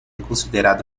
considerada